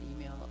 email